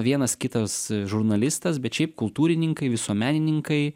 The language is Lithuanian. vienas kitas žurnalistas bet šiaip kultūrininkai visuomenininkai